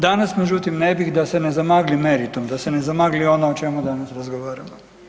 Danas međutim ne bih da se ne zamagli meritum, da se ne zamagli ono o čemu danas razgovaramo.